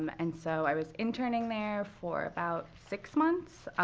um and so i was interning there for about six months